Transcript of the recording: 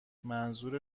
منظور